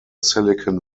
silicon